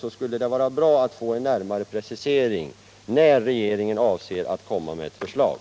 Nog skulle det vara bra att få en närmare precisering av tidpunkten när regeringen avser att komma med ett förslag.